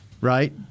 Right